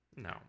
No